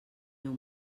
meu